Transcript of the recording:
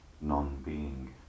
non-being